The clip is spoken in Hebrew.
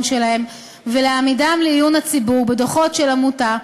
שלהם ולהעמידם לעיון הציבור בדוחות של העמותה,